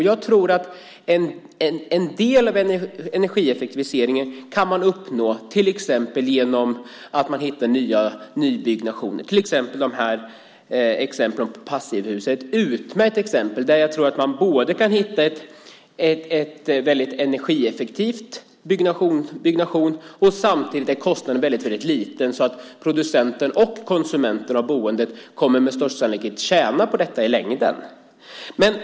Jag tror att en del av energieffektiviseringen kan man uppnå till exempel genom nybyggnation, där passivhus är ett utmärkt exempel. Där tror jag att man kan hitta en väldigt energieffektiv byggnation där kostnaden samtidigt är väldigt liten så att producenten och konsumenten med största sannolikhet i längden kommer att tjäna på det.